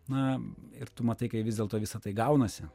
na ir tu matai kai vis dėlto visa tai gaunasi